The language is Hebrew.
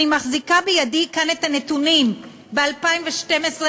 אני מחזיקה בידי כאן את הנתונים: ב-2012,